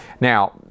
now